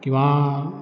किंवां